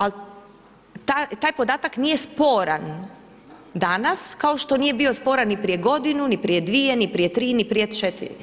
Ali, taj podatak, nije sporan danas, kao što nije bio sporan ni prije godinu, ni prije dvije, ni prije tri ni prije četiri.